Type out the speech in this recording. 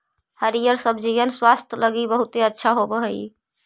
हरिअर सब्जिअन स्वास्थ्य लागी बहुत अच्छा होब हई